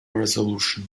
resolution